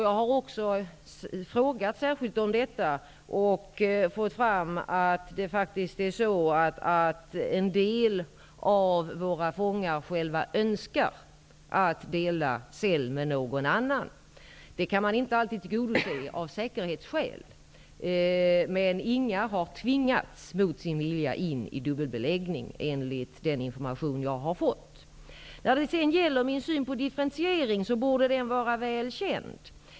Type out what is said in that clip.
Jag har också frågat särskilt om detta och fått fram att en del av våra fångar faktiskt själva önskar att dela cell med någon annan. Det kan man inte alltid tillgodose av säkerhetsskäl. Men ingen har mot sin vilja tvingats in i dubbelbelägging, enligt den information som jag har fått. Min syn på differentiering borde vara väl känd.